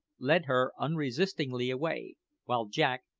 led her unresistingly away while jack,